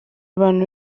abantu